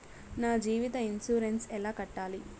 నా జీవిత ఇన్సూరెన్సు ఎలా కట్టాలి?